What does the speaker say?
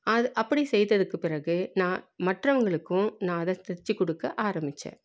அது அப்படி செய்ததுக்கு பிறகு நான் மற்றவங்களுக்கும் நான் அதை தச்சி கொடுக்க ஆரம்பிச்சேன்